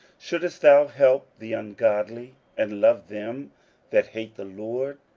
shouldest thou help the ungodly, and love them that hate the lord?